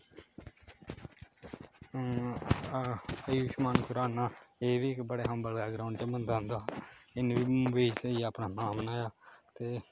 हूं हां आयूषमान खुराना एह् बी इक बड़ी हंबल बैकग्रांउड च बंदा आंदा ऐ इन्नै बी मुंबई च जाइयै अपना नांऽ बनाया ते